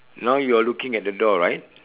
now you are looking at the door right